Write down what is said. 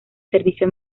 servicio